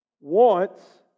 wants